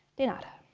de nada.